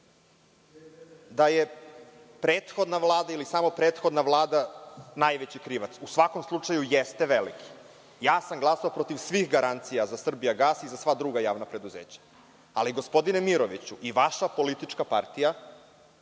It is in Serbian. da je prethodna Vlada ili samo prethodna Vlada najveći krivac. U svakom slučaju jeste veliki. Ja sam glasao protiv svih garancija za „Srbijagas“ i za sva druga javna preduzeća. Ali, gospodine Miroviću, i vaša politička partija